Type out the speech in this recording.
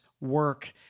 work